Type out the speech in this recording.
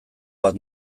bat